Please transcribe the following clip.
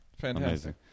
Fantastic